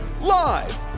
Live